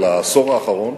אלא העשור האחרון,